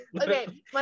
Okay